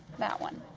that one.